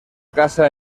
casa